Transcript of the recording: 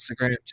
Instagram